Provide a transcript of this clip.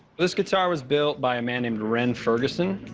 this guitar was built by a man named ren ferguson.